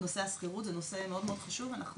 כל נושא הדיור אז מבחינתנו הנושא הזה מאוד מאוד חשוב ואנחנו